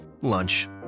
lunch